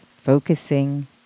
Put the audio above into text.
Focusing